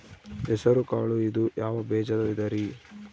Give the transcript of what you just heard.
ಹೆಸರುಕಾಳು ಇದು ಯಾವ ಬೇಜದ ವಿಧರಿ?